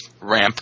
ramp